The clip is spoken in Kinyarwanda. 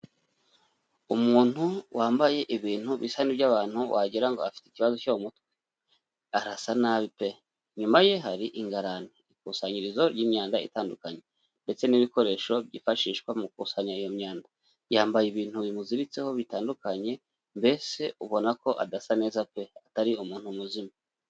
Umuntu wambaye ibintu bisa n'iby'abantu wagira ngo afite ikibazo cyo mu mutwe, arasa nabi pe! inyumaye hari ingarani, ikusanyirizo ry'imyanda itandukanye, ndetse n'ibikoresho byifashishwa mu gukusanya iyo myanda, yambaye ibintu bimuziritseho bitandukanye, mbese ubona ko adasa neza pe! atari umuntu muzima.